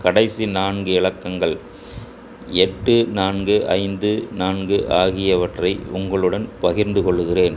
கடைசி நான்கு இலக்கங்கள் எட்டு நான்கு ஐந்து நான்கு ஆகியவற்றை உங்களுடன் பகிர்ந்து கொள்கிறேன்